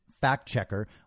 fact-checker